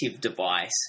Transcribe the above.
device